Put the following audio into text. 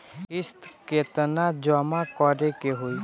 किस्त केतना जमा करे के होई?